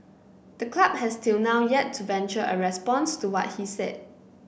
the club has till now yet to venture a response to what he said